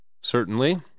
Certainly